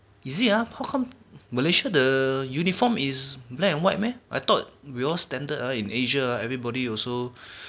is it ah how come malaysia the uniform is black and white meh I thought we are standard uh in asia everybody also